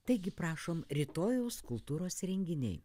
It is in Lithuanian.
taigi prašom rytojaus kultūros renginiai